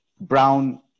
brown